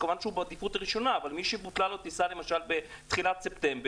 אז כמובן שהוא בעדיפות ראשונה אבל מי שבוטלה לו טיסה בתחילה ספטמבר,